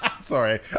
Sorry